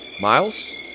Miles